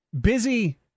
busy